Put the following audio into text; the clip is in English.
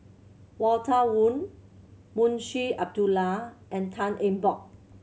Walter Woon Munshi Abdullah and Tan Eng Bock